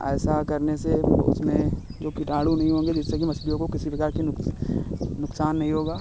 ऐसा करने से वह उसमें जो किटाणु नहीं होंगे जिससे कि मछलियों को किसी प्रकार की नुक्स नुकसान नहीं होगा